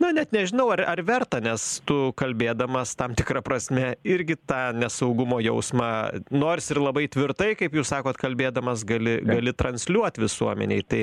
na net nežinau ar ar verta nes tu kalbėdamas tam tikra prasme irgi tą nesaugumo jausmą nors ir labai tvirtai kaip jūs sakot kalbėdamas gali gali transliuot visuomenei tai